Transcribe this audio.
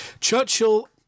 Churchill